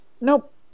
nope